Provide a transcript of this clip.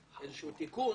איזשהו תיקון.